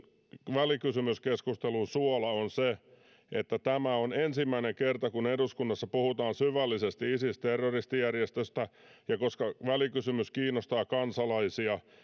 välikysymyskeskustelun suola on se että tämä on ensimmäinen kerta kun eduskunnassa puhutaan syvällisesti isis terroristijärjestöstä ja koska välikysymys kiinnostaa kansalaisia